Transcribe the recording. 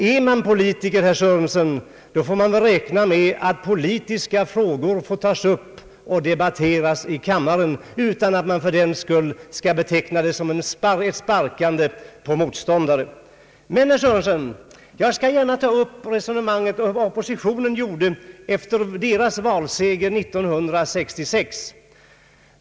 Är man politiker, herr Sörenson, får man räkna med att politiska frågor tas upp och debatteras i kammaren utan att man fördenskull kan beteckna det som ett sparkande på motståndare. Jag skall gärna, herr Sörenson, ta upp ett resonemang om vad oppositionen gjorde efter sin valseger 1966.